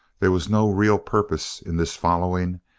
there was no real purpose in this following.